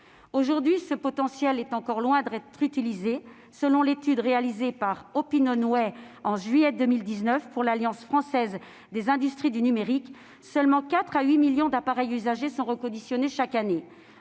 Aujourd'hui, ce potentiel est encore loin d'être très utilisé selon l'étude réalisée par OpinionWay en juillet 2019 pour l'Alliance française des industries du numérique : seulement 4 à 8 millions d'appareils usagés sont reconditionnés chaque année.